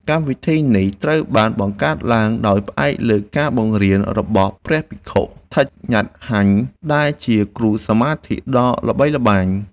កម្មវិធីនេះត្រូវបានបង្កើតឡើងដោយផ្អែកលើការបង្រៀនរបស់ព្រះភិក្ខុ ថិច ញ៉ាត់ ហាញ់ ដែលជាគ្រូសមាធិដ៏ល្បីល្បាញ។